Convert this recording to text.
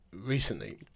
recently